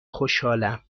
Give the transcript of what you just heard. خوشحالم